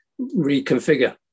reconfigure